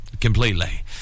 completely